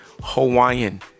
Hawaiian